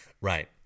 Right